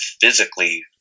physically